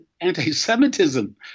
anti-Semitism